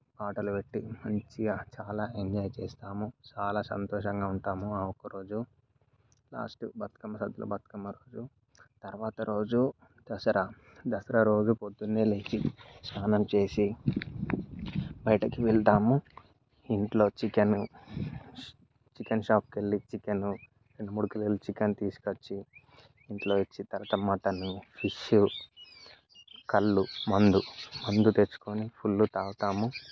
పాటలు పెట్టి మంచిగా చాలా ఎంజాయ్ చేస్తాము చాలా సంతోషంగా ఉంటాము ఆ ఒక్కరోజు ప్లాస్టిక్ బతుకమ్మ సద్దుల బతుకమ్మ రోజు తర్వాత రోజు దసరా దసరా రోజు పొద్దున్నే లేచి స్నానం చేసి బయటకు వెళ్తాము ఇంట్లో చికెన్ చికెన్ షాప్కెళ్ళి చికెన్ రెండు మూడు కిలోలు చికెన్ తీసుకొచ్చి ఇంట్లో ఇచ్చి తర్వాత మటన్ ఫిష్ కళ్ళు మందు మందు తెచ్చుకుని ఫుల్లు తాగుతాము